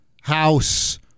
house-